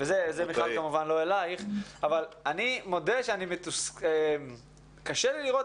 זה כמובן לא אל מיכל אבל אני מודה שקשה לי לראות